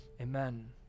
Amen